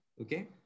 okay